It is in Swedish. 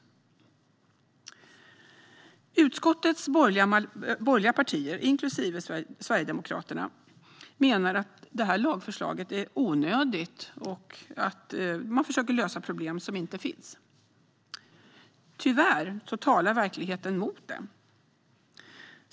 Utskottets borgerliga partier, inklusive Sverigedemokraterna, menar att lagförslaget är onödigt och att man försöker lösa problem som inte finns. Tyvärr talar verkligheten mot dem.